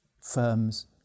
firms